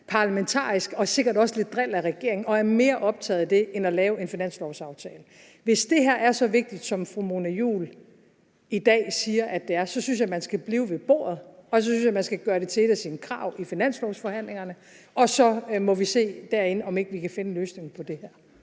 parlamentarisk og sikkert også lidt drilleri af regeringen, som man er mere optaget af end at lave en finanslovsaftale. Hvis det her er så vigtigt, som fru Mona Juul i dag siger, det er, så synes jeg, at man skal blive ved bordet, og så synes jeg, at man skal gøre det til et af sine krav ved finanslovsforhandlingerne. Så må vi se derinde, om ikke vi kan finde en løsning på det her.